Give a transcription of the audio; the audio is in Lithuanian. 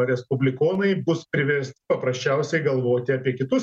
respublikonai bus priversti paprasčiausiai galvoti apie kitus